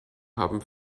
haben